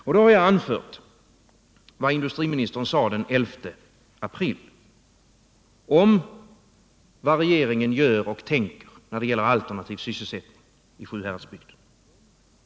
Jag har då anfört vad industriministern sade den 11 april om vad regeringen gör och tänker när det gäller alternativ sysselsättning i Sjuhäradsbygden.